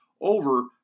over